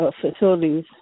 Facilities